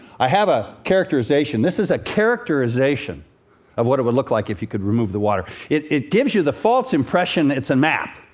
i have a characterization. this is a characterization of what it would look like if you could remove the water. it it gives you the false impression it's a map.